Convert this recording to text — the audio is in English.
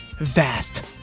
vast